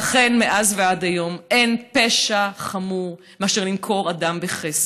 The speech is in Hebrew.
ואכן, מאז ועד היום אין פשע חמור מלמכור אדם בכסף.